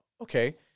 Okay